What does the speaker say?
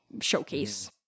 showcase